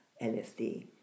LSD